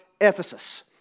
Ephesus